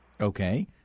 okay